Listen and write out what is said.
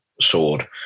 sword